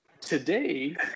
Today